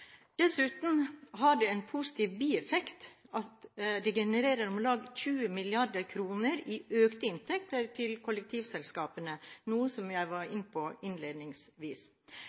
Dessuten har det en positiv bieffekt ved at det genererer om lag 2 mrd. kr i økte inntekter til kollektivselskapene – som jeg var inne på innledningsvis.